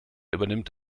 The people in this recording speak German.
übernimmt